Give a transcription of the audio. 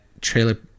trailer